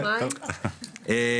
מבין.